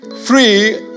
free